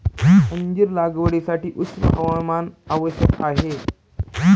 अंजीर लागवडीसाठी उष्ण हवामान आवश्यक आहे